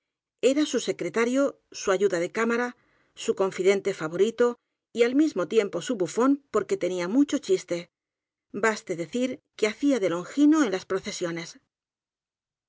era su secretario su ayuda de cámara su confidente favorito y al mismo tiempo su bufón porque tenía mucho chis te baste decir que hacía de longino en las